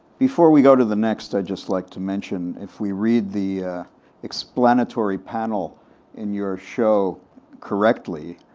before we go to the next, i'd just like to mention, if we read the explanatory panel in your show correctly,